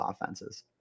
offenses